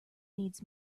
needs